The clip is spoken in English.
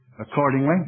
Accordingly